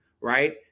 right